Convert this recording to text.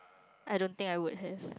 I don't think I would have